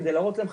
כדי להראות להם,